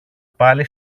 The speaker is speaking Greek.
πάλι